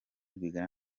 rwigara